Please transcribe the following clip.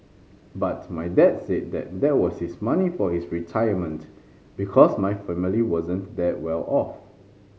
but my dad said that that was the money for his retirement because my family wasn't that well off